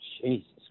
Jesus